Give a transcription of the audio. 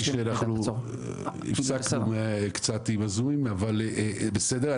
האמת היא שאנחנו הפסקנו קצת עם הזומים, אבל בסדר.